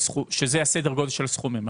כאשר זה סדר גודל הסכומים.